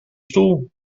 stoel